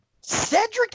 cedric